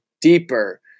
deeper